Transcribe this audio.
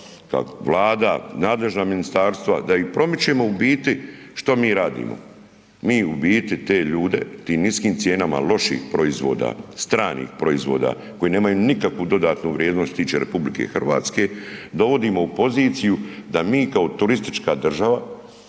Vlada, nadležna ministarstva da ih promičemo u biti, što mi radimo? Mi u biti te ljude, tim niskim cijenama loših proizvoda, stranih proizvoda koji nemaju nikakvu dodatnu vrijednost što se tiče RH dovodimo u poziciju da mi kao turistička država